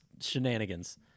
shenanigans